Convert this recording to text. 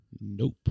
nope